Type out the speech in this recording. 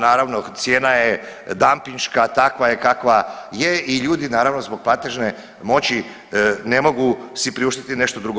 Naravno cijena je dampinška, takva je kakva je i ljudi naravno zbog platežne moći ne mogu si priuštiti nešto drugo.